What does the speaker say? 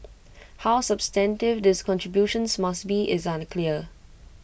how substantive these contributions must be is unclear